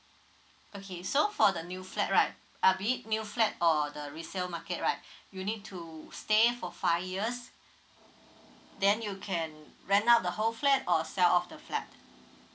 okay so for the new flat right uh be it new flat or the resale market right you need to stay for five years then you can rent out the whole flat or sell off the flat